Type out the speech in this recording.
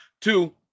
Two